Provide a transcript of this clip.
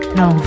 no